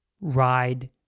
ride